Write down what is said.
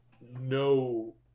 no